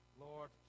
Lord